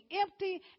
empty